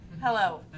Hello